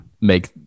make